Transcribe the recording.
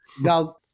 Now-